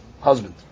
husband